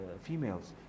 females